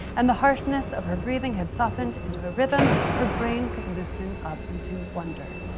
and the harshness of her breathing had softened into a rhythm, her brain could loosen up into wonder.